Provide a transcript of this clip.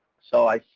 so i,